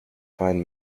fine